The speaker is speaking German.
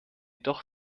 doch